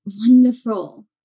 wonderful